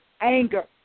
Anger